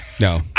No